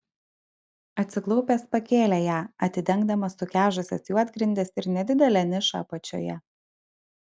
atsiklaupęs pakėlė ją atidengdamas sukežusias juodgrindes ir nedidelę nišą apačioje